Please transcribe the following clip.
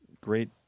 great